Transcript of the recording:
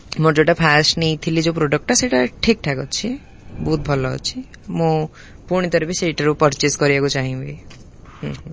ମୋର ଯେଉଁଟା ଫାର୍ଷ୍ଟ ନେଇଥିଲି ଯୋଉ ପ୍ରଡ଼କ୍ଟଟା ସେଇଟା ଠିକ୍ ଠାକ୍ ଅଛି ବହୁତ ଭଲ ଅଛି ମୁଁ ପୁଣିି ଥରେ ବି ସେଇ ଠାରୁ ପର୍ଚେଜ୍ କରିବାକୁ ଚାହିଁବି